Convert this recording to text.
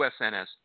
USNS